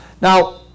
Now